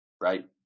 right